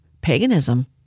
paganism